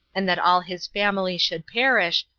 and that all his family should perish,